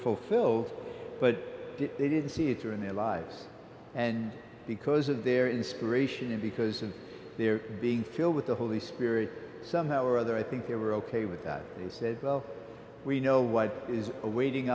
fulfilled but they didn't see it through in their lives and because of their inspiration and because of their being filled with the holy spirit somehow or other i think they were ok with that they said well we know what is awaiting